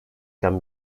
can